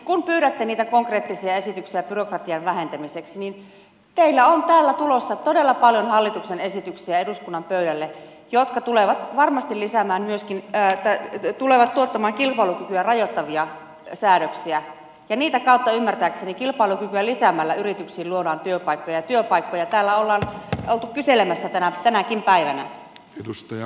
kun pyydätte niitä konkreettisia esityksiä byrokratian vähentämiseksi niin teiltä on tulossa eduskunnan pöydälle todella paljon hallituksen esityksiä jotka tulevat varmasti tuottamaan kilpailukykyä rajoittavia säädöksiä ja kilpailukykyä lisäämällä ymmärtääkseni yrityksiin luodaan työpaikkoja ja työpaikkoja täällä ollaan oltu kyselemässä tänäkin päivänä